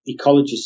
ecologists